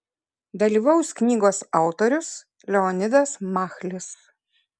dalyvaus knygos autorius leonidas machlis